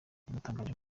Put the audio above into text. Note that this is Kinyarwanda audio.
yanatangaje